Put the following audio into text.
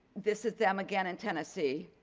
this is them again in tennessee